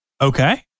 Okay